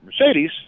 Mercedes